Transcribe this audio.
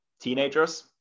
teenagers